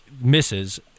misses